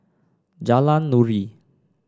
Jalan Nuri